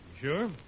Sure